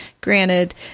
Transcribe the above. Granted